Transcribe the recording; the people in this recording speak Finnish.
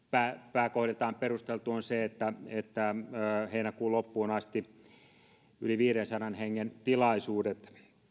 pääkohdiltaan aivan perusteltu on se että heinäkuun loppuun asti yli viidensadan hengen tilaisuudet